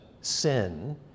sin